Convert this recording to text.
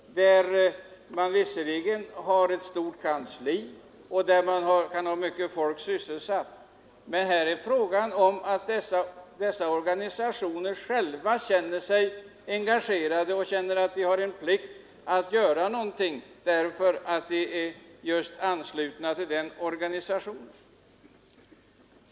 Där kan man visserligen ha ett stort kansli och många människor sysselsatta, men här är det fråga om att man i dessa organisationer känner sig engagerad, känner att man har en plikt att göra någonting därför att man är medlem i just den organisationen.